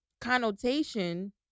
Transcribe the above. connotation